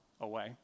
away